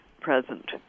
present